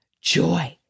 Joy